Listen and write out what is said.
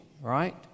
Right